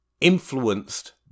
influenced